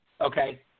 Okay